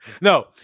no